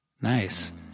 Nice